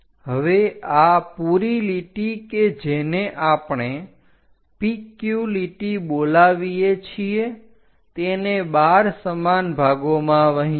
હવે આ પૂરી લીટી કે જેને આપણે PQ લીટી બોલાવીએ છીએ તેને 12 સમાન ભાગોમાં વહેંચો